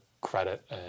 credit